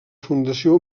fundació